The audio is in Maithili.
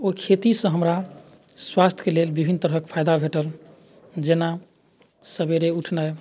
ओहि खेतीसँ हमरा स्वास्थ्यके लेल विभिन्न तरहके फाइदा भेटल जेना सवेरे उठनाइ